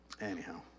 Anyhow